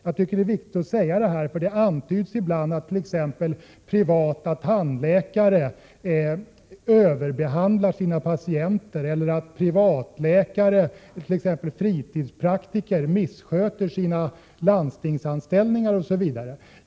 Det är angeläget för mig att säga detta, därför att det ibland antyds att t.ex. privatpraktiserande tandläkare överbehandlar sina patienter eller att privatläkare, exempelvis fritidspraktiker, missköter sina landstingsanställningar.